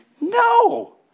no